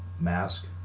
mask